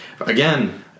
again